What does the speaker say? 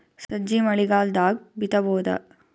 ಸಜ್ಜಿ ಮಳಿಗಾಲ್ ದಾಗ್ ಬಿತಬೋದ?